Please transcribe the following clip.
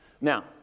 Now